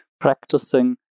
practicing